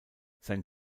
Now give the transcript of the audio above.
sein